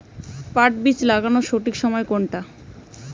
পাট বীজ লাগানোর সঠিক সময় কোনটা?